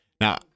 now